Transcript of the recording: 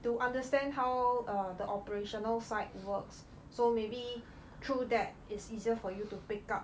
to understand how uh the operational site works so maybe through that it's easier for you to pick up